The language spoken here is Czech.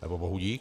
Nebo bohudík?